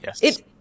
Yes